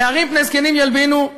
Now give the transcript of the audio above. נערים פני זקנים ילבינו,